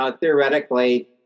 theoretically